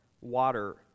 water